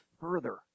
further